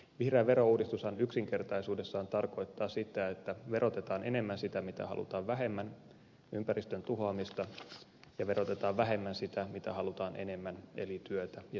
vihreä verouudistushan yksinkertaisuudessaan tarkoittaa sitä että verotetaan enemmän sitä mitä halutaan vähemmän ympäristön tuhoamista ja verotetaan vähemmän sitä mitä halutaan enemmän eli työtä ja työn teettämistä